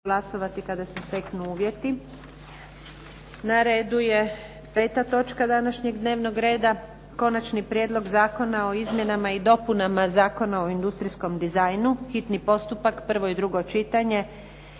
**Antunović, Željka (SDP)** Na redu je 5. točka današnjeg dnevnog reda. - Konačni prijedlog zakona o izmjenama i dopunama Zakona o industrijskom dizajnu, hitni postupak, prvo i drugo čitanje,